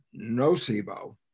nocebo